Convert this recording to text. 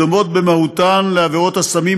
הדומות במהותן לעבירות סמים,